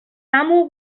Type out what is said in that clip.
amo